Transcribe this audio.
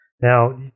Now